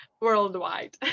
worldwide